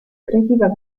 creativa